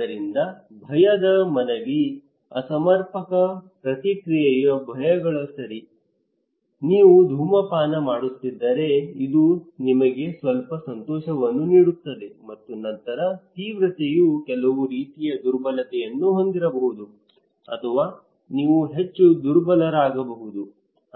ಆದ್ದರಿಂದ ಭಯದ ಮನವಿ ಅಸಮರ್ಪಕ ಪ್ರತಿಕ್ರಿಯೆಯ ಭಯಗಳು ಸರಿ ನೀವು ಧೂಮಪಾನ ಮಾಡುತ್ತಿದ್ದರೆ ಅದು ನಿಮಗೆ ಸ್ವಲ್ಪ ಸಂತೋಷವನ್ನು ನೀಡುತ್ತದೆ ಮತ್ತು ನಂತರ ತೀವ್ರತೆಯು ಕೆಲವು ರೀತಿಯ ದುರ್ಬಲತೆಯನ್ನು ಹೊಂದಿರಬಹುದು ಅಥವಾ ನೀವು ಹೆಚ್ಚು ದುರ್ಬಲರಾಗಬಹುದು